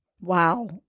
Wow